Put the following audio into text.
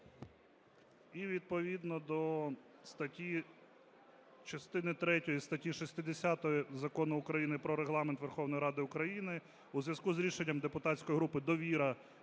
І відповідно до частини третьої статті 60 Закону України "Про Регламент Верховної Ради України" у зв'язку з рішенням депутатської групи "Довіра"